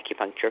acupuncture